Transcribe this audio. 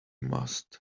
must